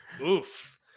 oof